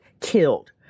killed